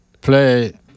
play